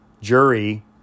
jury